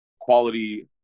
quality